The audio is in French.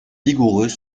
vigoureux